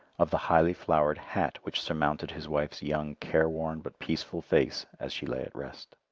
of the highly flowered hat which surmounted his wife's young careworn but peaceful face as she lay at rest.